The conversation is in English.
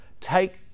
take